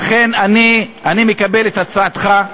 לכן אני מקבל את הצעתך,